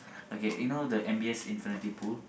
okay you know the M_B_S infinity pool